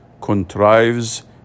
Contrives